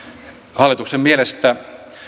hallituksen mielestä